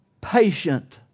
patient